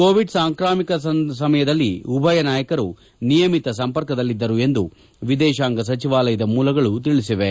Covid ಸಾಂಕ್ರಾಮಿಕ ಸಮಯದಲ್ಲಿ ಉಭಯ ನಾಯಕರು ನಿಯಮಿತ ಸಂಪರ್ಕದಲ್ಲಿದ್ದರು ಎಂದು ವಿದೇಶಾಂಗ ಸಚಿವಾಲಯದ ಮೂಲಗಳು ತಿಳಿಸಿವೆ